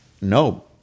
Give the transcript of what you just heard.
no